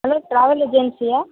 hello travel ஏஜென்சியா